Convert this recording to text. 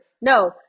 No